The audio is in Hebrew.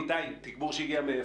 תגבור שהגיע מאיפה?